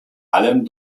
allem